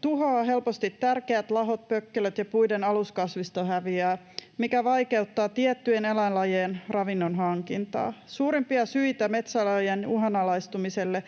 tuhoaa helposti tärkeät lahot pökkelöt, ja puiden aluskasvisto häviää, mikä vaikeuttaa tiettyjen eläinlajien ravinnonhankintaa. Suurimpia syitä metsälajien uhanalaistumiselle